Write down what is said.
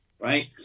right